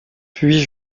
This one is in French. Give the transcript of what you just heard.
puis